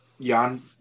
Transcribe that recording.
Jan